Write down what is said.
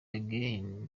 again